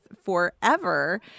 forever